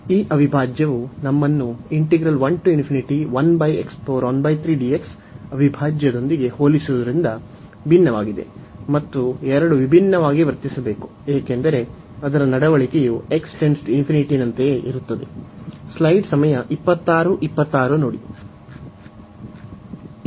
ಈ ಅವಿಭಾಜ್ಯವು ನಮ್ಮನ್ನು ಅವಿಭಾಜ್ಯದೊಂದಿಗೆ ಹೋಲಿಸಿರುವುದರಿಂದ ಭಿನ್ನವಾಗಿದೆ ಮತ್ತು ಎರಡು ವಿಭಿನ್ನವಾಗಿ ವರ್ತಿಸಬೇಕು ಏಕೆಂದರೆ ಅದರ ನಡವಳಿಕೆಯು ನಂತೆಯೇ ಇರುತ್ತದೆ